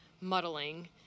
muddling